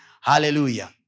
Hallelujah